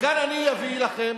וכאן אני אביא לכם,